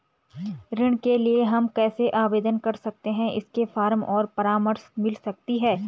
ऋण के लिए हम कैसे आवेदन कर सकते हैं इसके फॉर्म और परामर्श मिल सकती है?